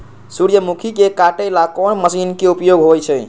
सूर्यमुखी के काटे ला कोंन मशीन के उपयोग होई छइ?